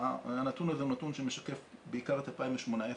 והנתון הזה הוא נתון שמשקף בעיקר את 2018,